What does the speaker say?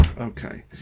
okay